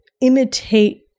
imitate